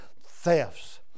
thefts